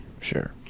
Sure